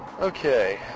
Okay